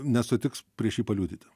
nesutiks prieš jį paliudyti